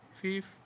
Fifth